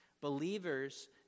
Believers